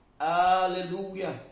Hallelujah